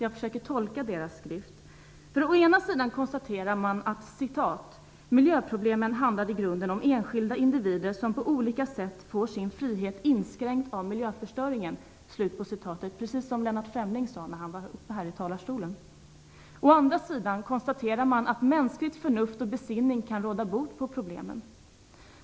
Jag försöker tolka deras skrift. Å ena sidan konstaterar man att "miljöproblemen handlar i grunden om enskilda individer som på olika sätt får sin frihet inskränkt av miljöförstöringen", precis som Lennart Fremling sade från talarstolen. Å andra sidan konstaterar man att mänskligt förnuft och besinning kan råda bot på problemen.